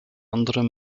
anderem